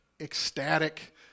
ecstatic